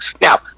Now